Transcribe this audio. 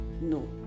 No